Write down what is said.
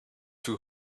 two